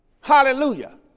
Hallelujah